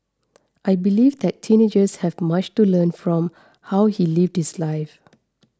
I believe that teenagers have much to learn from how he lived this life